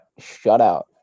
shutout